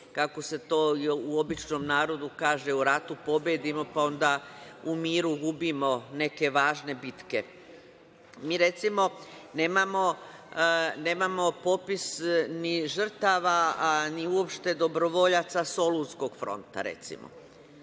kako se to u običnom narodu kaže u ratu, pobedimo pa onda u miru gubimo neke važne bitke. Mi, recimo, nemamo popis ni žrtava, a ni uopšte dobrovoljaca Solunskog fronta.